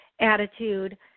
attitude